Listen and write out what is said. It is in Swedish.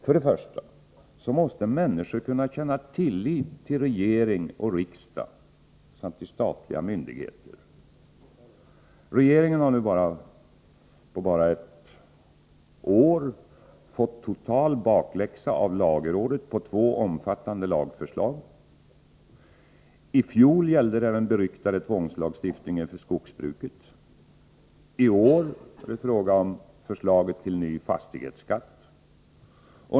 För det första måste människor kunna känna tillit till regering och riksdag samt till statliga myndigheter. Regeringen har nu på bara ett år fått total bakläxa av lagrådet på två omfattande lagförslag. I fjol gällde det den beryktade tvångslagstiftningen för skogsbruket, i år är det fråga om förslaget till ny fastighetsskatt.